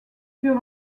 pur